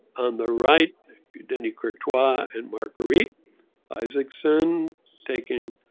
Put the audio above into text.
on the right danny courtois and marguerite isaacson taking